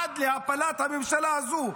עד להפלת הממשלה הזו.